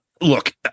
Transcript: Look